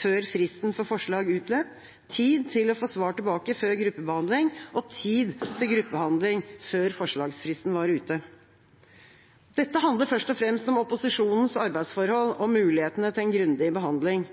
før fristen for forslag utløp, tid til å få svar tilbake før gruppebehandling og tid til gruppebehandling før forslagsfristen var ute. Dette handler først og fremst om opposisjonens arbeidsforhold og mulighetene til en grundig behandling.